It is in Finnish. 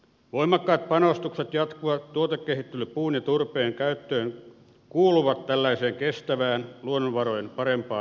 voimakkaat panostukset jatkuva tuotekehittely puun ja turpeen käyttöön kuuluvat tällaiseen kestävään luonnonvarojen parempaan hyödyntämiseen